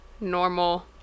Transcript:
normal